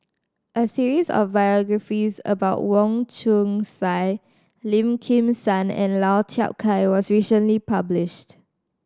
a series of biographies about Wong Chong Sai Lim Kim San and Lau Chiap Khai was recently published